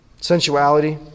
sensuality